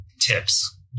tips